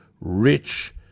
rich